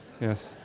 yes